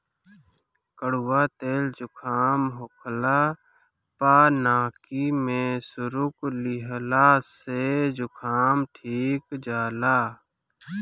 कड़ुआ तेल जुकाम होखला पअ नाकी में सुरुक लिहला से जुकाम ठिका जाला